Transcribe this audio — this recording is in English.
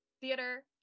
theater